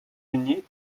unies